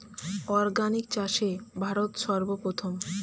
organic চাষে ভারত সর্বপ্রথম